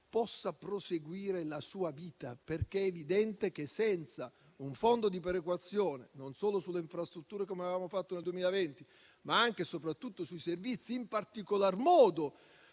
possa proseguire la sua vita. È evidente che, senza un fondo di perequazione non solo sulle infrastrutture - come avevamo fatto nel 2020 - ma anche e soprattutto sui servizi, in particolar modo